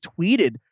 tweeted